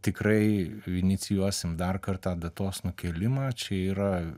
tikrai inicijuosim dar kartą datos nukėlimą čia yra